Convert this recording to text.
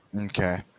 Okay